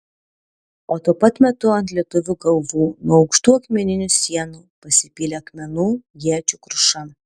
o tuo pat metu ant lietuvių galvų nuo aukštų akmeninių sienų pasipylė akmenų iečių kruša